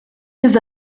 des